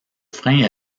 freins